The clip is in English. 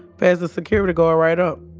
pass the security guard right up